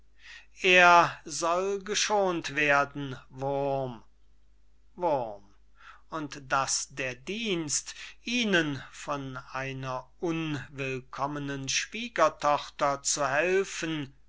er soll geschont werden wurm wurm und daß der dienst ihnen von einer unwillkommenen schwiegertochter zu helfen präsident